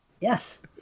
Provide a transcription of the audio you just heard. Yes